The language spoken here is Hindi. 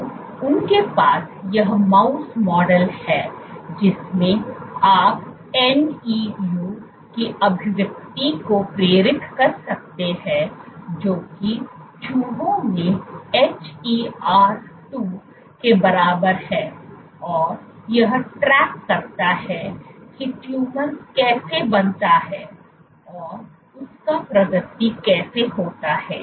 तो आपके पास यह माउस मॉडल है जिसमें आप NEU की अभिव्यक्ति को प्रेरित कर सकते हैं जो कि चूहा मे HER 2 के बराबर है और यह ट्रैक करता है कि ट्यूमर कैसे बनता है और उसका प्रगति कैसे होता है